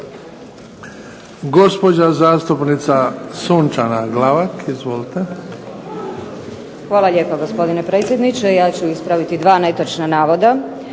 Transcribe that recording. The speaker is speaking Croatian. Hvala.